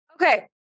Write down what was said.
Okay